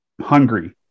hungry